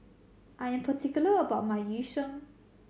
I am particular about my Yu Sheng